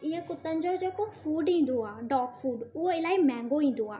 इअं कुतनि जो जेको फूड ईंदो आहे डॉग फूड उहो इलाही महांगो ईंदो आहे